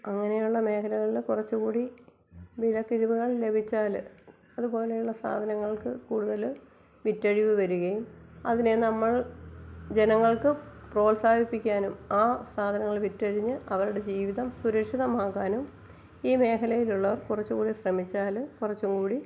അങ്ങനെയുള്ള മേഖലകളില് കുറച്ച് കൂടി വിളക്കിഴിവുകൾ ലഭിച്ചാല് അത് പോലെയുള്ള സാധനങ്ങൾക്ക് കൂടുതല് വിറ്റഴിവ് വരികയും അതിനെ നമ്മൾ ജനങ്ങൾക്ക് പ്രോത്സാഹിപ്പിക്കാനും ആ സാധനങ്ങൾ വിറ്റഴിഞ്ഞ് അവരുടെ ജീവിതം സുരക്ഷിതമാകാനും ഈ മേഖലയിലുള്ളവർ കുറച്ച് കൂടി ശ്രമിച്ചാല് കുറച്ചും കൂടി